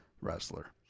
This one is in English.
wrestler